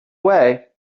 way